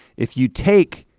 if you take,